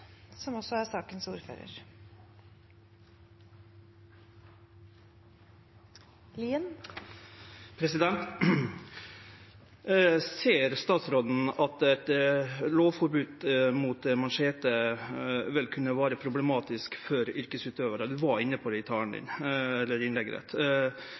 Ser statsråden at eit lovforbod mot machete vil kunne vere problematisk for yrkesutøvarar? Han var inne på